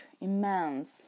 immense